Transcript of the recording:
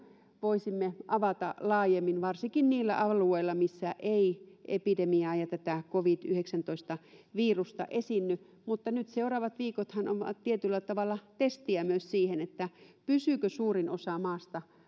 voisimme avata laajemmin varsinkin niillä alueilla missä ei epidemiaa ja tätä covid yhdeksäntoista virusta esiinny mutta nyt seuraavat viikothan ovat tietyllä tavalla testiä myös sen suhteen pysyykö suurin osa maasta